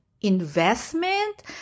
investment